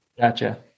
gotcha